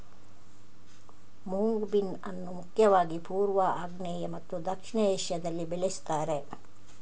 moong bean ಅನ್ನು ಮುಖ್ಯವಾಗಿ ಪೂರ್ವ, ಆಗ್ನೇಯ ಮತ್ತು ದಕ್ಷಿಣ ಏಷ್ಯಾದಲ್ಲಿ ಬೆಳೆಸ್ತಾರೆ